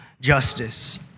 justice